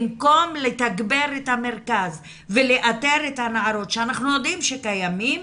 במקום לתגבר את המרכז ולאתר את הנערות שאנחנו יודעים שקיימות,